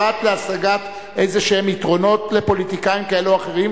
פרט להשגת איזשהם יתרונות לפוליטיקאים כאלו או אחרים,